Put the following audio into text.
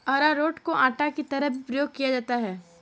अरारोट को आटा की तरह भी प्रयोग किया जाता है